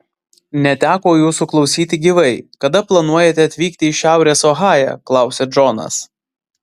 neteko jūsų klausyti gyvai kada planuojate atvykti į šiaurės ohają klausia džonas